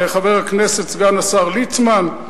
חבר הכנסת סגן השר ליצמן,